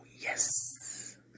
yes